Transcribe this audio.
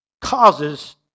causes